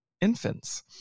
Infants